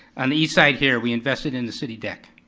and east side here, we invested in the city deck.